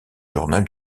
journal